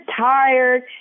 tired